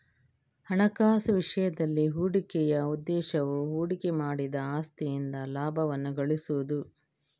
ಹಣಕಾಸು ವಿಷಯದಲ್ಲಿ, ಹೂಡಿಕೆಯ ಉದ್ದೇಶವು ಹೂಡಿಕೆ ಮಾಡಿದ ಆಸ್ತಿಯಿಂದ ಲಾಭವನ್ನು ಗಳಿಸುವುದು